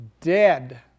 dead